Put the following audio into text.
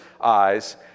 eyes